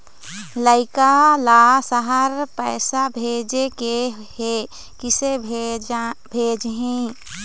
लइका ला शहर पैसा भेजें के हे, किसे भेजाही